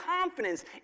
confidence